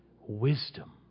wisdom